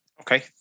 Okay